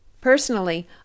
Personally